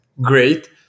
great